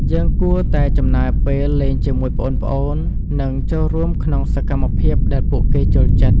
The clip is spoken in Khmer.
យើងគួរតែចំណាយពេលលេងជាមួយប្អូនៗ និងចូលរួមក្នុងសកម្មភាពដែលពួកគេចូលចិត្ត។